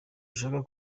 ishaka